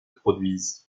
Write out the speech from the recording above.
produisent